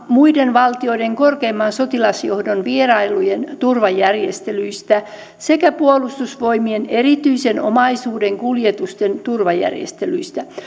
muiden valtioiden korkeimman sotilasjohdon vierailujen turvajärjestelyistä sekä puolustusvoimien erityisen omaisuuden kuljetusten turvajärjestelyistä